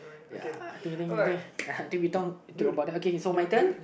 ya think about it okay so my turn